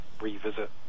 revisit